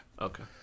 okay